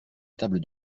table